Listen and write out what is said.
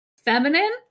feminine